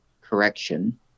correction